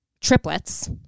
triplets